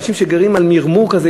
אנשים גדלים על מרמור כזה,